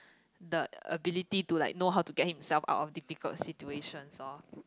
the ability to like know how to get himself out of difficult situations orh